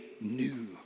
new